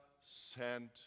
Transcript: sent